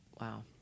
Wow